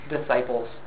disciples